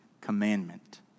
commandment